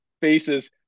faces